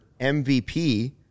MVP